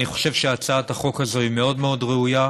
אני חושב שהצעת החוק הזאת היא מאוד מאוד ראויה.